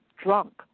drunk